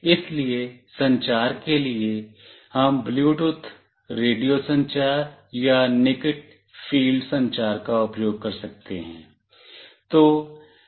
इसलिए संचार के लिए हम ब्लूटूथ रेडियो संचार या निकट फील्ड संचार का उपयोग कर सकते हैं